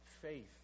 Faith